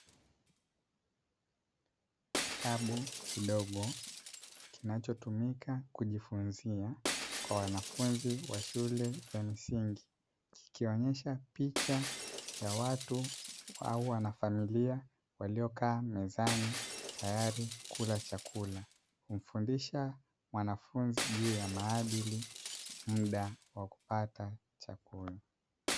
Kitabu kidogo kinachotumika kujifunzia kwa wanafunzi za shule ya msingi, ikionyesha picha ya watu au wanafamilia waliokaa mezani tayari kula chakula, humfundisha wanafunzi maadali muda wakupata chakula.